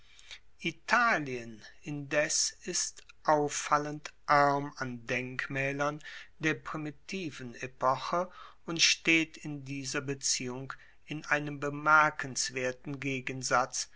italien indes ist auffallend arm an denkmaelern der primitiven epoche und steht in dieser beziehung in einem bemerkenswerten gegensatz